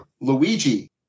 Luigi